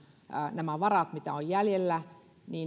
nämä varat mitä on jäljellä